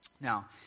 Now